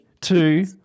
two